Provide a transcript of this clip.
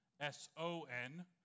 S-O-N